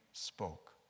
spoke